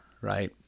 right